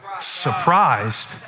surprised